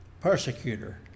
persecutor